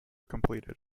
completed